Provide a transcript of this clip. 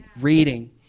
reading